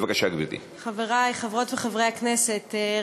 חברי חברות וחברי הכנסת,